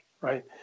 Right